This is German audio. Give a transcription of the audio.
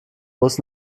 bus